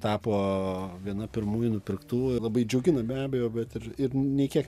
tapo viena pirmųjų nupirktų ir labai džiugina be abejo bet ir ir nei kiek